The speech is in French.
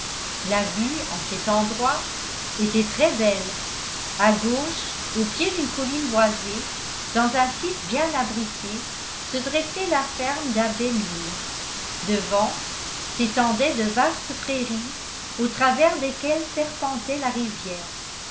la vue à cet endroit était très belle à gauche au pied d'une colline boisée dans un site bien abrité se dressait la ferme d'abbey mill devant s'étendaient de vastes prairies au travers desquelles serpentait la rivière